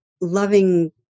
loving